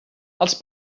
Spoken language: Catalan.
els